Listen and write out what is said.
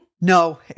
No